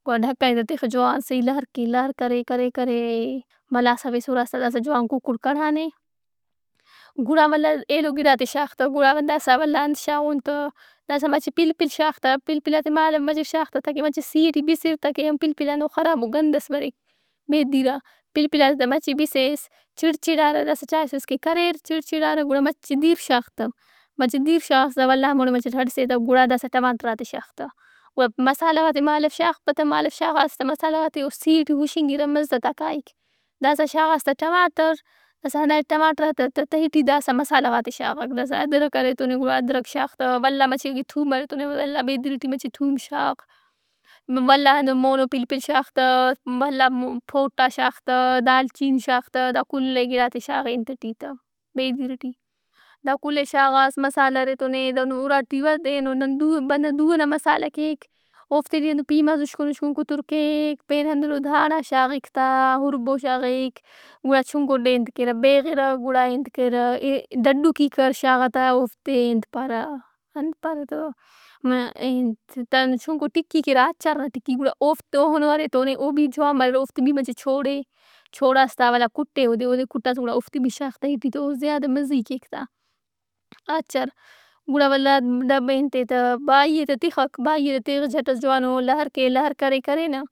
ڈھکن ئے تہ تِک جوان صحیح لہر کے، لہر کرے کرے کرے ملاسہ بیس ہُراس تہ داسا جوان ککڑ کڑھانے۔ گڑا ولدا ایلو گڑاتےشاغ تہ۔ گڑا داسا ولداانت شاغون تہ۔ داسا مچہ پلپل شاغ تہ۔ پلپلات ئے مالو مچہ شاغ تہ تکہ مچہ سی ٹی بسے تہ کہ پلپل ہندن خرابو گندئس بر- بیدیرآ۔ پلپلات ئے مچہ بسیس چِڑچِرار داسا چائسُس کہ کریر چِڑچِڑارک گُڑا مچہ دیر شاغ تہ۔ مچہ دیر شاس تہ ولدا ہموڑے مچہ ہڑسے تہ گڑا داسا ٹماٹراتے شاغ تہ۔ گُڑا مسالحہ غات ئے مالو شاغپہ تہ۔ مالو شاغاس تہ مسالحہ غات ئے او سی ٹی ہُشِنگِرہ۔ مزہ تا کائک۔ داسا شاغاس تہ ٹماٹر۔ داسا دا ٹماٹراتا تہ تہٹی داسا مسالحہ غات ئے شاغک۔ داسا اردک ارے ای تو نے گُڑا ادرک شاغ تہ ولدا مچہ اگہ تھوم ارے ای تو نےولدا بیدیر ئٹی مچہ تھوم شاغ۔ ولدا ہندن مَونو پلپل شاغ تہ۔ ولدا پوٹا شاغ تا ، دال چینی شاغ تہ۔ دا کلے گِڑات ئے شاغ اے انت ئٹی تہ بیدیر ئٹی۔ دا کل ئے شاغاس مسالحہ ارےای تو نے دہن اُرا ٹی و-دے- نن- دُو- بندغ دُو ئنا مسالحہ کیک اوفتے بھی ہندن پیمازاُشکن اشکن کتر کیک۔ پین ہندنو داھنڑا شاغک تہ۔ اُربو شاغک۔ گڑا چھنکو ڈیڈ کیرہ بیغِرہ گُڑا انت کیرہ ڈڈُکی کر- شاغہ تہ اوفتے انت پارہ؟ انت پارہ تہ؟ م-د- دا- ہنو- چھنکو ٹِکّی کیرہ۔ آچار نا ٹکی۔ گڑا اوفتو اونو ارے تو ارے او بھی جوان مریرہ۔ اوفتے بھی مچہ چوڑہِ۔ چوڑاس تہ ولدا کٹے اودے۔ اودے کہ کُٹاس گڑا اوفتے بھی شاغ تہ ای ٹی تہ او زیادہ مزہی کیک تہ۔ آچار گُڑا ولدا ڈبہ ئے انت ئےتہ بائی ئے تہ تِخک۔ بائی ئے تؐخِس جٹس جوانو لہر کے لہر کرے کرے نہ۔